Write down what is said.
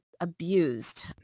abused